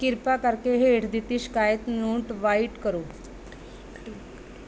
ਕਿਰਪਾ ਕਰਕੇ ਹੇਠ ਦਿੱਤੀ ਸ਼ਿਕਾਇਤ ਨੂੰ ਟਵਾਈਟ ਕਰੋ